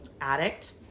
addict